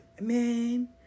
Man